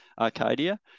Arcadia